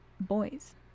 boys